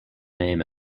name